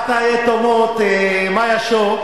מאיה שור,